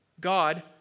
God